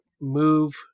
move